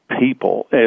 people